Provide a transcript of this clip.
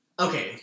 Okay